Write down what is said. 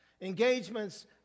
engagements